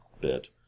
bit